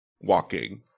walking